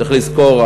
צריך לזכור,